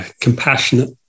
compassionate